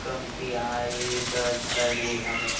कमतियाये बर धर ले हवय